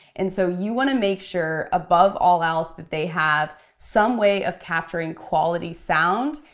and so you wanna make sure above all else that they have some way of capturing quality sound,